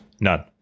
None